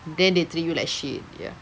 then they treat you like shit ya